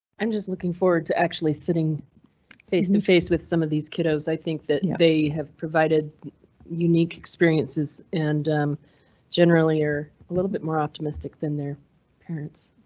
i'm just looking forward to actually sitting face to face with some of these kiddos. i think that they have provided unique experiences and generally are a little bit more optimistic than their parents.